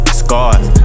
scars